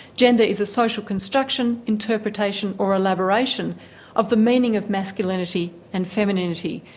gender is a social construction, interpretation, or elaboration of the meaning of masculinity and femininity,